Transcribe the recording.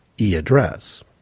e-address